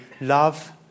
love